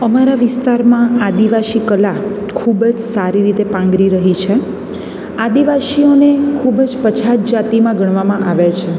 અમારા વિસ્તારમાં આદિવાસી કલા ખૂબ જ સારી રીતે પાંગરી રહી છે આદિવાસીઓને ખૂબ જ પછાત જાતિમાં ગણવામાં આવે છે